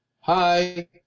Hi